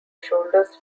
shoulders